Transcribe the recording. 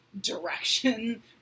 direction